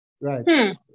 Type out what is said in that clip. Right